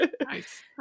Nice